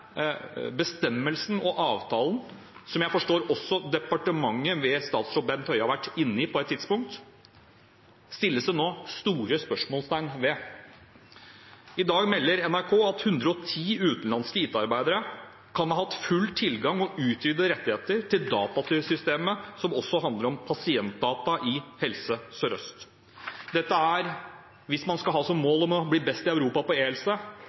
bestemmelsen og avtalen, som jeg forstår at også departementet ved statsråd Bent Høie har vært inne i på et tidspunkt, settes det nå store spørsmålstegn ved. I dag melder NRK at 110 utenlandske IT-arbeidere kan ha hatt full tilgang og utvidede rettigheter til datasystemet som også handler om pasientdata i Helse Sør-Øst. Dette er – hvis man skal ha som mål å bli best i Europa på